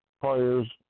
players